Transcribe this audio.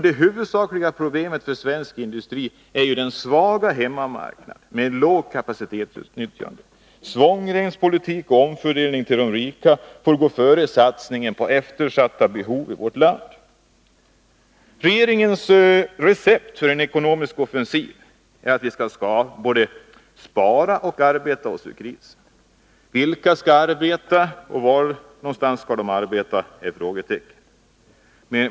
Det huvudsakliga problemet för svensk industri är den svaga hemmamarknaden med lågt kapacitetsutnyttjande. Svångremspolitik och omfördelning till de rika får gå före satsningen på eftersatta behov i vårt land. Regeringens recept för en ekonomisk offensiv är att vi skall både spara och arbeta oss ur krisen. Frågan är: Vilka skall arbeta, och var någonstans skall de arbeta?